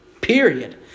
period